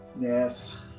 Yes